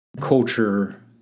culture